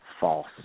false